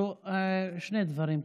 שני דברים.